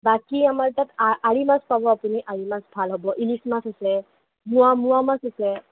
বাকী আমাৰ তাত আৰি মাছ পাব আপুনি আৰি মাছ ভাল হ'ব ইলিচ মাছ আছে মোৱা মোৱা মাছ আছে